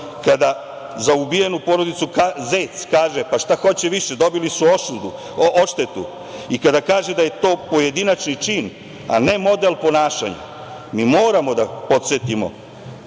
kada za ubijenu porodicu Zec kaže – pa, šta hoće više, dobili su odštetu i kada kaže da je to pojedinačni čin, a ne model ponašanja, mi moramo da podsetimo